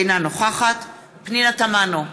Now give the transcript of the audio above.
אינה נוכחת פנינה תמנו,